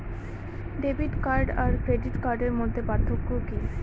Debit card আর credit কার্ডের মধ্যে পার্থক্য কি?